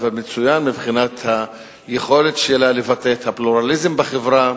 מצוין מבחינת היכולת שלה לבטא את הפלורליזם בחברה,